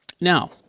now